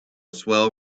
swell